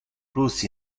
plus